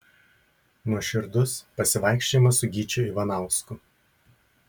nuoširdus pasivaikščiojimas su gyčiu ivanausku